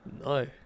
no